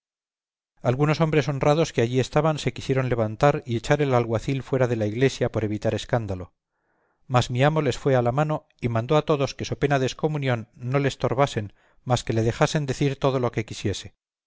algunos hombres honrados que allí estaban se quisieron levantar y echar el alguacil fuera de la iglesia por evitar escándalo mas mi amo les fue a la mano y mandó a todos que so pena de excomunión no le estorbasen mas que le dejasen decir todo lo que quisiese